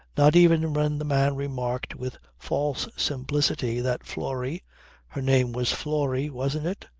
not even when the man remarked with false simplicity that florrie her name was florrie wasn't it?